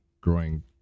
growing